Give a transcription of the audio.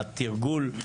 התרגול,